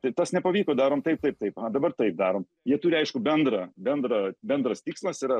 tai tas nepavyko darom taip taip taip aha dabar taip darom jie turi aiškų bendrą bendrą bendras tikslas yra